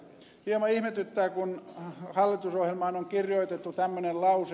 hieman ihmetyttää kun hallitusohjelmaan on kirjoitettu tämmöinen lause